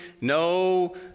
no